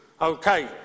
Okay